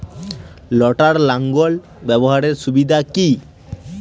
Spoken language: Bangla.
লটার লাঙ্গল ব্যবহারের সুবিধা কি?